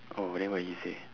oh then what he say